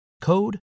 code